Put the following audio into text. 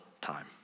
time